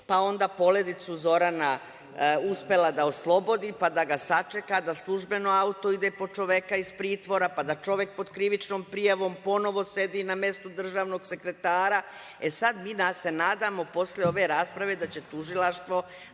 Onda je Poledicu Zorana uspela da oslobodi pa da ga sačeka, da službeno auto ide po čoveka iz pritvora, pa da čovek pod krivičnom prijavom ponovo sedi na mestu državnog sekretara. Sad, mi se nadamo, posle ove rasprave, da će tužilaštvo